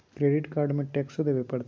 Credit card में टेक्सो देवे परते?